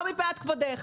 לא מפאת כבודך.